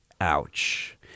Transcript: Ouch